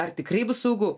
ar tikrai bus saugu